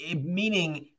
Meaning